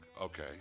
Okay